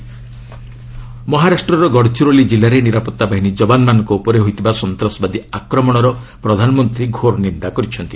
PM attack ମହାରାଷ୍ଟ୍ରର ଗଡ଼ଚିରୋଲି ଜିଲ୍ଲାରେ ନିରାପତ୍ତା ବାହିନୀ ଯବାନମାନଙ୍କ ଉପରେ ହୋଇଥିବା ସନ୍ତ୍ରାସବାଦୀ ଆକ୍ରମଣର ପ୍ରଧାନମନ୍ତ୍ରୀ ଘୋର ନିନ୍ଦା କରିଛନ୍ତି